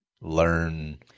Learn